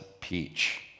Peach